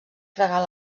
fregar